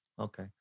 Okay